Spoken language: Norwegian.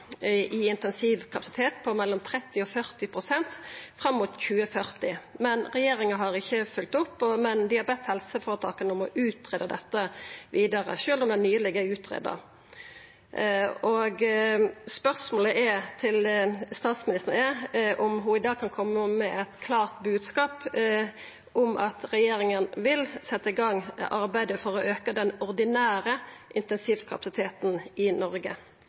mellom 30 og 40 pst. fram mot 2040. Regjeringa har ikkje følgt opp, men dei har bedt helseføretaka om å utgreia dette vidare, sjølv om det nyleg er utgreidd. Spørsmålet til statsministeren er om ho i dag kan koma med ein klar bodskap om at regjeringa vil setja i gang arbeidet for å auka den ordinære intensivkapasiteten i Noreg.